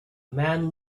man